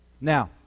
Now